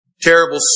terrible